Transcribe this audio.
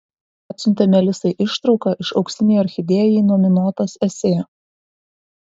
atsiuntė melisai ištrauką iš auksinei orchidėjai nominuotos esė